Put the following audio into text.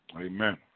Amen